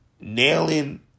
Nailing